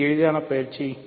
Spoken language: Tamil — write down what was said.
இது எளிதான பயிற்சி